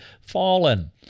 fallen